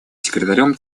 секретарем